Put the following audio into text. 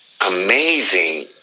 amazing